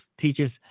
teachers